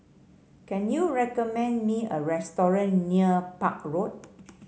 can you recommend me a restaurant near Park Road